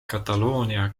kataloonia